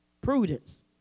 Prudence